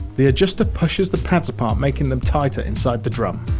the adjuster pushes the pads apart, making them tighter inside the drum.